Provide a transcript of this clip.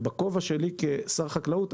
בכובע שלי כשר החקלאות,